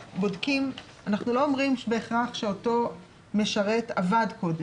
אנחנו לא אומרים בהכרח שאותו משרת עבד קודם,